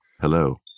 Hello